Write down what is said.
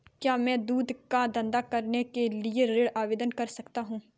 क्या मैं दूध का धंधा करने के लिए ऋण आवेदन कर सकता हूँ?